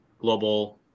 global